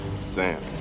Sam